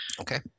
Okay